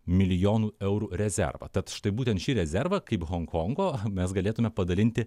milijonų eurų rezervą tad štai būtent šį rezervą kaip honkongo mes galėtume padalinti